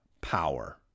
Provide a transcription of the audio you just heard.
power